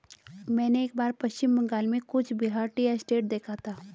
मैंने एक बार पश्चिम बंगाल में कूच बिहार टी एस्टेट देखा था